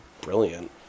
brilliant